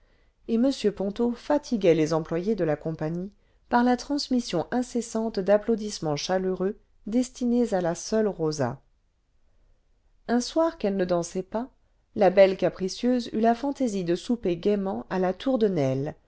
et m ponto fatiguait les employés de la compagnie par la transmission incessante d'applaudissements chaleureux destinés à la seule posa un soir qu'elle ne'dansait pas la belle capricieuse eut la fantaisie de souper gaiement à la tour de nesle